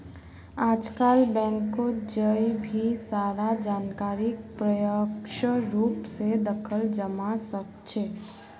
आजकल बैंकत जय भी सारा जानकारीक प्रत्यक्ष रूप से दखाल जवा सक्छे